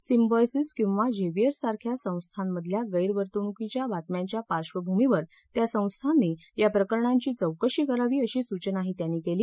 Symbiosis किंवा Xavier's सारख्या संस्थांमधल्या गैरवर्तणुकीच्या बातम्यांच्या पार्श्वभूमीवर त्या संस्थांनी या प्रकरणांची चौकशी करावी अशी सूचनाही त्यांनी केली